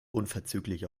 unverzüglich